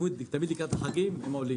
לא עולים לקראת החג.